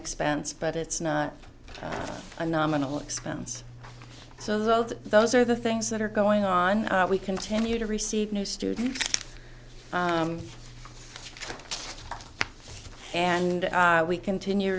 expense but it's not a nominal expense so those those are the things that are going on we continue to receive new students and we continue